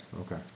Okay